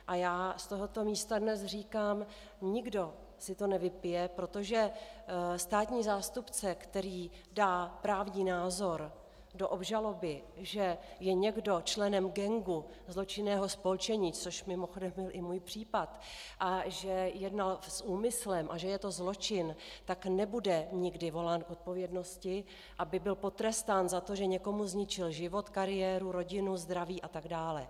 A já z tohoto místa dnes říkám: Nikdo si to nevypije, protože státní zástupce, který dá právní názor do obžaloby, že je někdo členem gangu zločinného spolčení, což mimochodem byl i můj případ, a že jednal s úmyslem a že je to zločin, tak nebude nikdy volán k odpovědnosti, aby byl potrestán za to, že někomu zničil život, kariéru, rodinu, zdraví a tak dále.